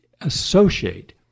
associate